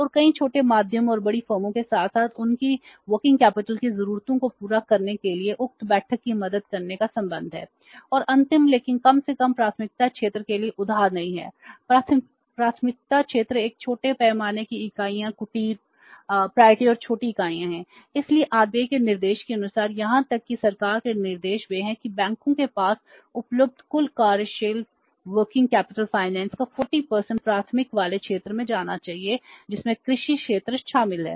और कई छोटे माध्यमों और बड़ी फर्मों के साथ साथ उनकी कार्यशील पूंजी का 40 प्राथमिकता वाले क्षेत्र में जाना चाहिए जिसमें कृषि क्षेत्र शामिल है